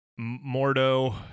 Mordo